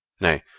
nay,